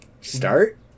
Start